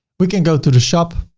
we can go to the shop,